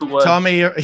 Tommy